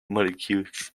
molecules